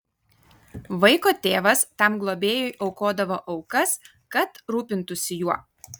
vaiko tėvas tam globėjui aukodavo aukas kad rūpintųsi juo